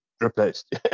replaced